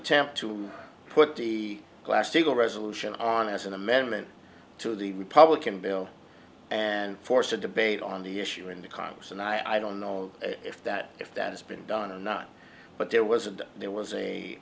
attempt to put the glass steagall resolution on as an amendment to the republican bill and force a debate on the issue in the congress and i don't know if that if that has been done or not but there was and there was a